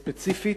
ספציפית,